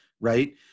Right